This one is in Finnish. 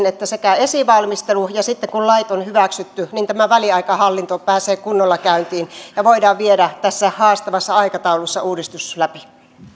että sekä esivalmistelu että sitten kun lait on hyväksytty tämä väliaikaishallinto pääsevät kunnolla käyntiin ja uudistus voidaan viedä tässä haastavassa aikataulussa läpi